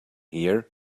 here